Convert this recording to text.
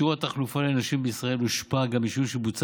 שיעור התחלופה לנשים בישראל הושפע גם משינוי שבוצע